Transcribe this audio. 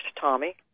Tommy